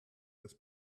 des